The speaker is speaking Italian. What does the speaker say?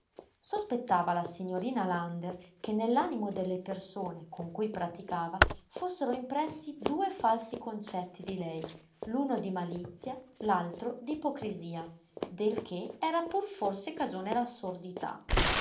sospettava la signorina lander che nell'animo delle persone con cui praticava fossero impressi due falsi concetti di lei l'uno di malizia l'altro di ipocrisia del che era pur forse cagione